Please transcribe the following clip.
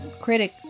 critic